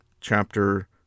chapter